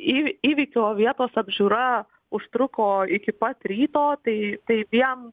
į įvykio vietos apžiūra užtruko iki pat ryto tai tai vien